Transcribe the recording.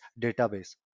database